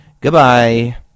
Goodbye